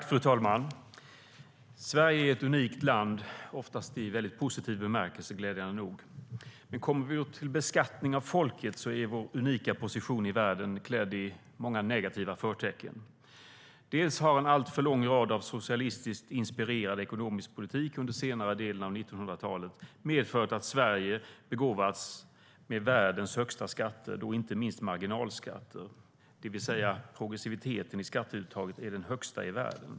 Fru talman! Sverige är ett unikt land, glädjande nog oftast i väldigt positiv bemärkelse. Men kommer vi till beskattning av folket har vår unika position i världen många negativa förtecken. En alltför lång rad av år med socialistisk inspirerad ekonomisk politik under senare delen av 1900-talet har medfört att Sverige har begåvats med världens högsta skatter, inte minst marginalskatter. Progressiviteten i skatteuttaget är den högsta i världen.